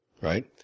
Right